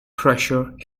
pressure